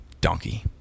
donkey